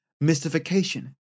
mystification